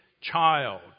child